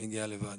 מגיע לוועדה,